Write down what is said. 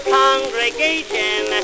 congregation